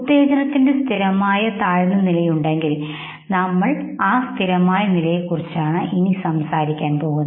ഉത്തേജനത്തിന്റെ സ്ഥിരമായ താഴ്ന്ന നിലയുണ്ടെങ്കിൽ ഇപ്പോൾ നമ്മൾ ആ സ്ഥിരമായ നിലയെക്കുറിച്ച് സംസാരിക്കുന്നു